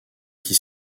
qui